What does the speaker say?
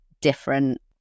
different